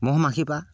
মহ মাখিৰপৰা